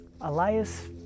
Elias